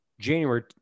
January